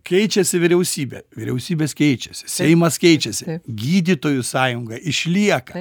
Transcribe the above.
keičiasi vyriausybė vyriausybės keičiasi seimas keičiasi gydytojų sąjunga išlieka